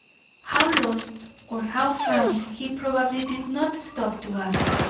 how lost or how found he probably did not stop to ask,